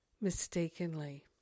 mistakenly